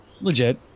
Legit